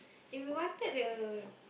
and we wanted the